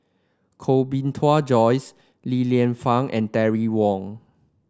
Koh Bee Tuan Joyce Li Lienfung and Terry Wong